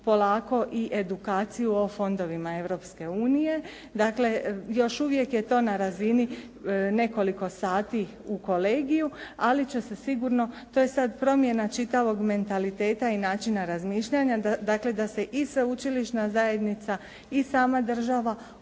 polako i edukaciju o fondovima Europske unije. Dakle, još uvijek je to na razini nekoliko sati u kolegiju ali će se sigurno, to je sad promjena čitavog mentaliteta i načina razmišljanja da se i sveučilišna zajednica i sama država okrenu